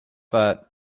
that